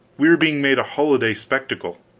we were being made a holiday spectacle.